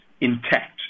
intact